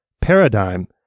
paradigm